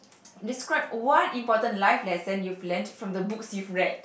describe one important life lesson you've learnt from the books you read